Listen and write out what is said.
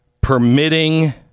permitting